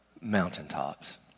mountaintops